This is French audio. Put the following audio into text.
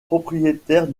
propriétaire